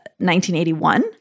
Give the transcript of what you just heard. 1981